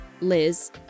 Liz